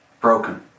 Broken